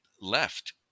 left